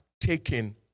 taken